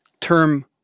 term